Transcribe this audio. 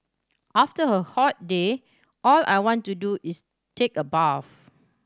after a hot day all I want to do is take a bath